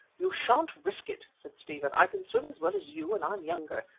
you shan't risk it, said stephen, i can swim as well as you and i'm younger.